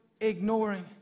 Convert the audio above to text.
ignoring